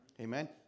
Amen